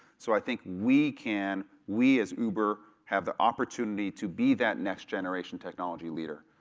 so i think we can, we as uber, have the opportunity to be that next generation technology leader.